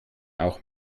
auch